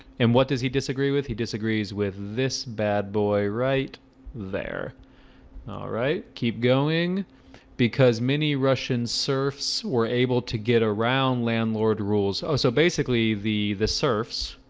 and what does he disagree with? he disagrees with this bad boy right there all right, keep going because many russian serfs were able to get around landlord rules oh, so basically the the serfs